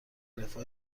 رفاه